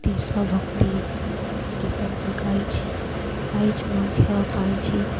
ଦେଶଭକ୍ତି ଗୀତକୁ ଗାଇଛି ପ୍ରାଇଜ ମଧ୍ୟ ପାଇଛି